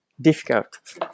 difficult